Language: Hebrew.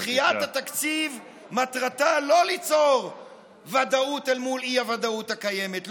דחיית התקציב מטרתה לא ליצור ודאות אל מול האי-ודאות הקיימת,